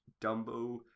Dumbo